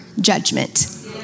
judgment